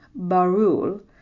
Barul